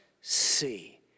see